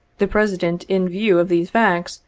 the president in view of these facts,